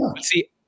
See